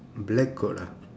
black colour